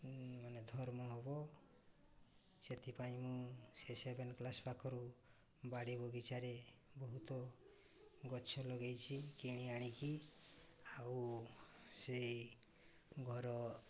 ମାନେ ଧର୍ମ ହେବ ସେଥିପାଇଁ ମୁଁ ସେ ସେଭେନ୍ କ୍ଲାସ୍ ପାଖରୁ ବାଡ଼ି ବଗିଚାରେ ବହୁତ ଗଛ ଲଗାଇଛି କିଣି ଆଣିକି ଆଉ ସେ ଘର